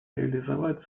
реализовать